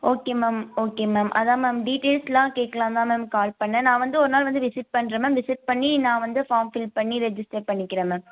okay ma'am okay ma'am அதான் ma'am details எல்லாம் கேட்கலான்னு தான் மேம் கால் பண்ணேன் நான் வந்து ஒரு நாள் வந்து விசிட் பண்ணுறேன் மேம் விசிட் பண்ணி நான் வந்து ஃபார்ம் ஃபில் பண்ணி ரெஜிஸ்டர் பண்ணிக்கிறேன் மேம்